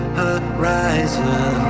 horizon